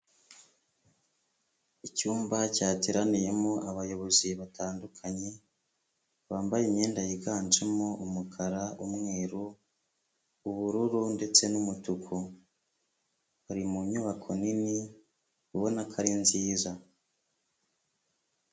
Icyumba cyateraniyemo abayobozi batandukanye bambaye imyenda yiganjemo umukara, umweru, ubururu ndetse n'umutuku, bari mu nyubako nini ubona ko ari nziza.